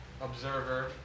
observer